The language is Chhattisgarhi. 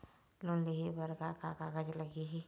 लोन लेहे बर का का कागज लगही?